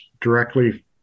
directly